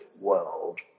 world